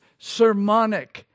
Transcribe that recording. sermonic